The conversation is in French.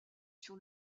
sur